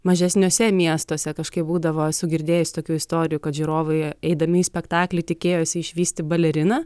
mažesniuose miestuose kažkaip būdavo esu girdėjus tokių istorijų kad žiūrovai eidami į spektaklį tikėjosi išvysti baleriną